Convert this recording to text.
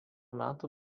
metų